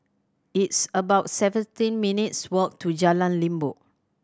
it's about seventeen minutes' walk to Jalan Limbok